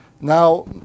now